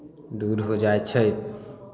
दूर हो जाइ छै